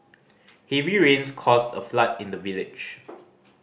heavy rains caused a flood in the village